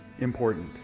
important